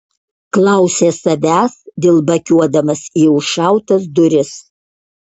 klausė savęs dilbakiuodamas į užšautas duris